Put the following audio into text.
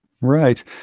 Right